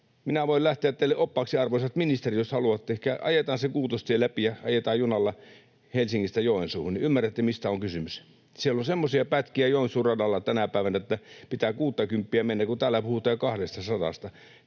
Minä voin lähteä teille oppaaksi, arvoisat ministerit, jos haluatte. Elikkä ajetaan se Kuutostie läpi ja ajetaan junalla Helsingistä Joensuuhun niin, että ymmärrätte, mistä on kysymys. Siellä Joensuun radalla on semmoisia pätkiä tänä päivänä, että pitää kuuttakymppiä mennä, kun täällä puhutaan jo 200:sta.